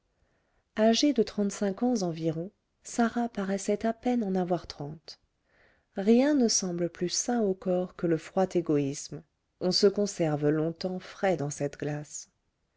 âgée de trente-cinq ans environ sarah paraissait à peine en avoir trente rien ne semble plus sain au corps que le froid égoïsme on se conserve longtemps frais dans cette glace